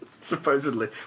Supposedly